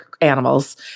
animals